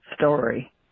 story